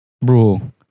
bro